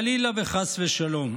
חלילה וחס ושלום".